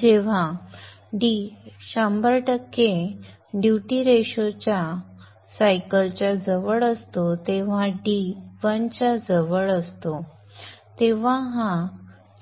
जेव्हा d शंभर टक्के ड्युटी सायकल च्या जवळ असतो जेव्हा d 1 च्या जवळ जातो तेव्हा हा